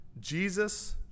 Jesus